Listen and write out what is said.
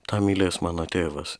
tą mylės mano tėvas